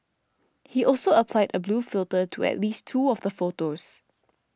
he also applied a blue filter to at least two of the photos